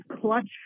clutch